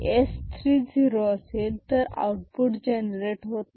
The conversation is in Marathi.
S 3 झिरो असेल तर आउटपुट जनरेट होत नाही